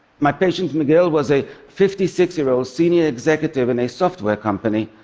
my patient miguel was a fifty six year old senior executive in a software company.